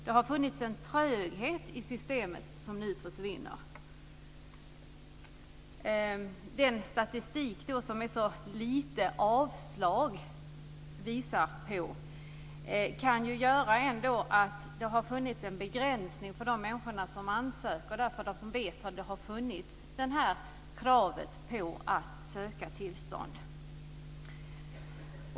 Det har funnits en tröghet i systemet som nu försvinner. Statistiken visar alltså på få avslag. Det kan ha att göra med att det har funnits en begränsning för de människor som ansöker. De känner till kravet på att söka tillstånd.